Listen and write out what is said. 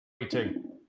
Waiting